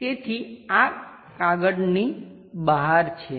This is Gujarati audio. તેથી આ કાગળની બહાર છે